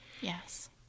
Yes